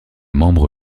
membre